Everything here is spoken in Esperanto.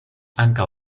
ankaŭ